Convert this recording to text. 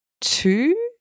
two